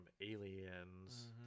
Aliens